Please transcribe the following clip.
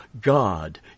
God